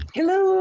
Hello